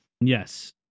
Yes